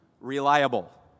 reliable